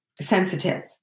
sensitive